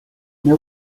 meu